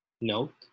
Note